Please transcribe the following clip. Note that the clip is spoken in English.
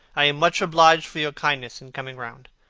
i am much obliged for your kindness in coming round.